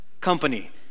company